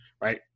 right